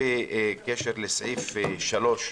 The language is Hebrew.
בקשר ל-(3),